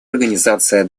организация